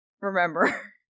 remember